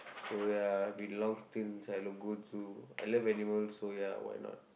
so ya I've been long time since I go to I love animals so ya why not